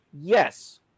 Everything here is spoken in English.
yes